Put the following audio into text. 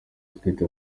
utwite